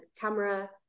camera